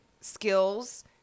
skills